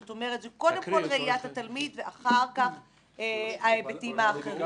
זאת אומרת שזו קודם כל ראיית התלמיד ואחר כך ההיבטים האחרים.